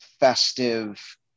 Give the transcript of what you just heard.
festive